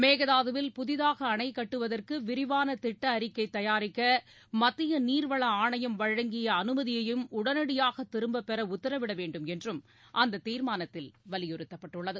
மேகதாதுவில் புதிதாக அணை கட்டுவதற்கு விரிவான திட்ட அறிக்கை தயாரிக்க மத்திய நீர்வள ஆணையம் வழங்கிய அனுமதியும் உடனடியாக திரும்ப பெற உத்தரவிடவேண்டும் என்றும் அந்த தீர்மானத்தில் வலியுறுத்தப்பட்டுள்ளது